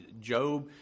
Job